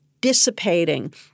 dissipating